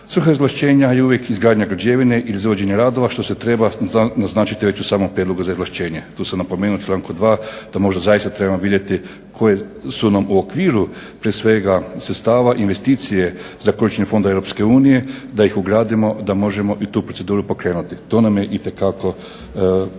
Svrha izvlaštenja je uvijek izgradnja građevine, izvođenje radova što se treba naznačiti već u samom prijedlogu za izvlašćenje. Tu sam napomenuo u članku 2. da možda zaista trebamo vidjeti koje su nam u okviru prije svega sredstva investicije za korištenje fonda Europske unije, da ih ugradimo, da možemo i tu proceduru pokrenuti. To nam je itekako bitni